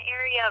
area